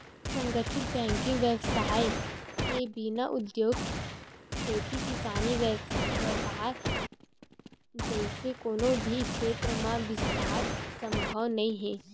संगठित बेंकिग बेवसाय के बिना उद्योग, खेती किसानी, बेपार जइसे कोनो भी छेत्र म बिस्तार संभव नइ हे